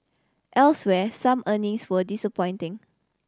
elsewhere some earnings were disappointing